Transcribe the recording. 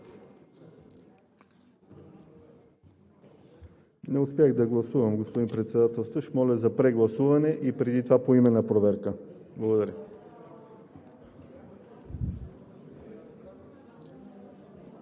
Не успях да гласувам, господин Председателстващ, моля за прегласуване. Преди това моля за поименна проверка. Благодаря.